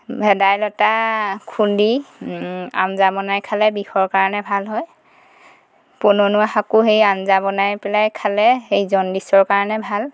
ভেদাইলতা খুন্দি আঞ্জা বনাই খালে বিষৰ কাৰণে ভাল হয় পনৌনৌৱা শাকো সেই আঞ্জা বনাই পেলাই খালে সেই জণ্ডিছৰ কাৰণে ভাল